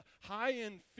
high-end